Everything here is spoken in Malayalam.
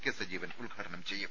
കെ സജീവൻ ഉദ്ഘാടനം ചെയ്യും